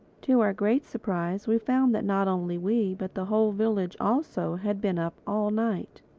to our great surprise we found that not only we, but the whole village also, had been up all night.